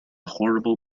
horrible